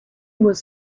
was